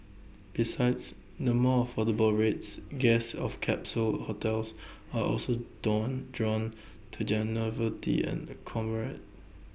besides the more affordable rates guests of capsule hotels are also down drawn to their novelty and